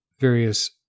various